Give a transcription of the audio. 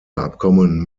abkommen